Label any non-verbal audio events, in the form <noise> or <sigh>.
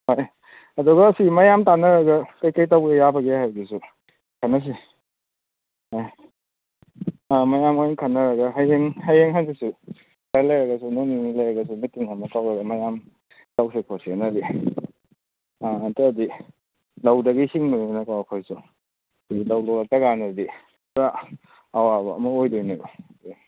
<unintelligible> ꯑꯗꯨꯒ ꯁꯤ ꯃꯌꯥꯝ ꯇꯥꯅꯔꯒ ꯀꯩꯀꯩ ꯇꯧꯕ ꯌꯥꯕꯒꯦ ꯍꯥꯏꯕꯗꯨꯁꯨ ꯈꯟꯅꯁꯤ ꯑꯥ ꯑꯥ ꯃꯌꯥꯝ ꯂꯣꯏꯅ ꯈꯟꯅꯔꯒ ꯍꯌꯦꯡ ꯍꯌꯦꯡ ꯍꯪꯆꯤꯠꯁꯤ ꯈꯔ ꯂꯩꯔꯒꯁꯨ ꯅꯣꯡ ꯅꯤꯅꯤ ꯂꯩꯔꯒꯁꯨ ꯃꯤꯇꯤꯡ ꯑꯃ ꯀꯧꯔꯒ ꯃꯌꯥꯝ ꯇꯧꯁꯤ ꯈꯣꯠꯁꯤꯅꯗꯤ ꯑꯥ ꯅꯠꯇ꯭ꯔꯗꯤ ꯂꯧꯗꯒꯤ ꯍꯤꯡꯕꯅꯤꯅꯀꯣ ꯑꯩꯈꯣꯏꯁꯨ <unintelligible> ꯂꯧ ꯂꯣꯛꯂꯛꯇ꯭ꯔ ꯀꯥꯟꯗꯗꯤ ꯄꯨꯔꯥ ꯑꯋꯥꯕ ꯑꯃ ꯑꯣꯏꯗꯣꯏꯅꯦꯕ